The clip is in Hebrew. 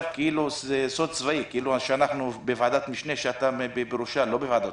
כמו סוד צבאי וכאילו שאנחנו נמצאים בוועדת